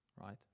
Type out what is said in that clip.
right